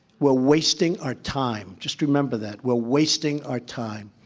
we're wasting our time. just remember that, we're wasting our time.